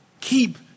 keep